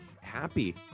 happy